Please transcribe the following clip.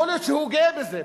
יכול להיות שהוא גאה בזה,